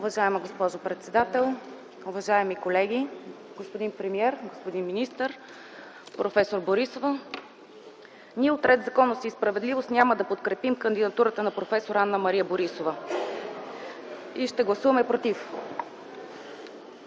Уважаема госпожо председател, уважаеми колеги, господин премиер, господин министър, професор Борисова! Ние от „Ред, законност и справедливост” няма да подкрепим кандидатурата на проф. Анна-Мария Борисова и ще гласуваме „против”,